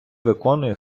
виконує